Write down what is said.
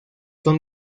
son